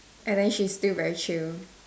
and then she still very chill